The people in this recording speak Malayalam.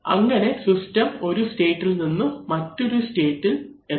അങ്ങനെ സിസ്റ്റം ഒരു സ്റ്റേറ്റ് ഇൽ നിന്ന് മറ്റൊരു സ്റ്റേറ്റ് ഇൽ എത്തും